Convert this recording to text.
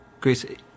Grace